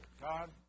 God